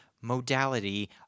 modality